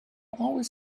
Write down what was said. always